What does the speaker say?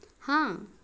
हाँ